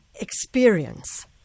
experience